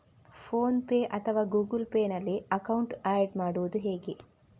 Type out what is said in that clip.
Phone pay ಅಥವಾ Google Pay ನಲ್ಲಿ account add ಮಾಡುವುದು ಹೇಗೆ?